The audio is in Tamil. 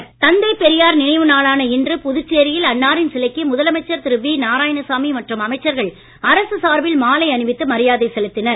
பெரியார் தந்தை பெரியார் நினைவு நாளான இன்று புதுச்சேரியில் அன்னாரின் சிலைக்கு முதலமைச்சர் திரு வி நாராயணசாமி மற்றும் அமைச்சர்கள் அரசு சார்பில் மாலை அணிவித்து மரியாதை செலுத்தினர்